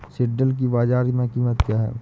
सिल्ड्राल की बाजार में कीमत क्या है?